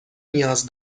نیاز